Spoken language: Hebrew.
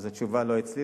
כך שהתשובה לא אצלי,